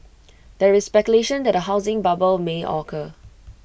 there is speculation that A housing bubble may occur